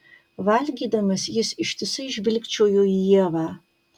valgydamas jis ištisai žvilgčiojo į ievą